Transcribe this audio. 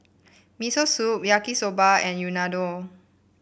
Miso Soup Yaki Soba and Unadon